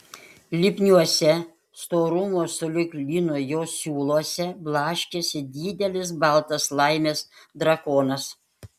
lipniuose storumo sulig lynu jo siūluose blaškėsi didelis baltas laimės drakonas